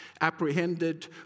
apprehended